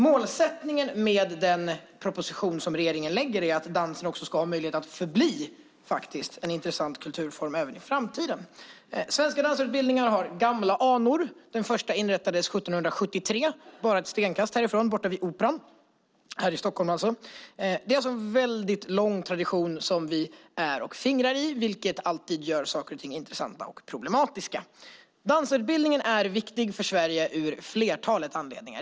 Målsättningen med den proposition som regeringen lägger fram är att dansen ska ha möjligheten att förbli en intressant kulturform även i framtiden. Svenska dansarutbildningar har gamla anor. Den första inrättades 1773 bara ett stenkast härifrån - borta vid Operan här i Stockholm. Det är alltså en lång tradition som vi fingrar på, vilket alltid gör saker och ting intressanta och problematiska. Dansarutbildningen är viktig för Sverige av ett flertal anledningar.